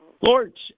Lord